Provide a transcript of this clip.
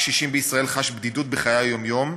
קשישים בישראל חש בדידות בחיי היום-יום,